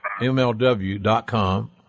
mlw.com